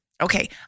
Okay